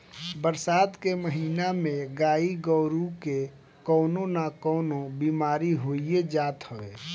बरसात के महिना में गाई गोरु के कवनो ना कवनो बेमारी होइए जात हवे